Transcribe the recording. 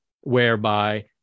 whereby